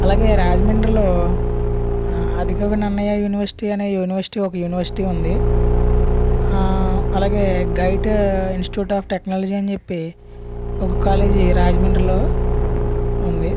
అలాగే రాజమండ్రిలో ఆదికవి నన్నయ యూనివర్సిటీ అనే యూనివర్సిటీ ఒక యూనివర్సిటీ ఉంది అలాగే గైట్ ఇన్స్టిట్యూట్ అఫ్ టెక్నాలజీ అని చెప్పి ఒక కాలేజీ రాజమండ్రిలో ఉంది